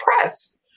press